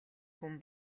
хүн